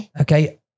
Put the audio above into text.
okay